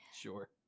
Sure